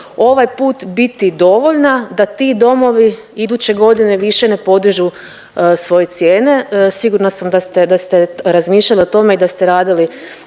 ovaj put biti dovoljna da ti domovi iduće godine više ne podižu svoje cijene? Sigurna sam da ste razmišljali o tome i da ste radili